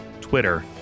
twitter